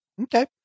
Okay